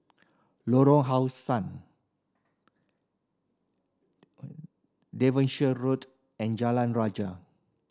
Lorong How Sun Devonshire Road and Jalan Raja